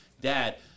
Dad